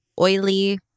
oily